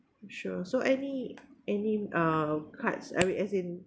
sure so any any uh cards I mean as in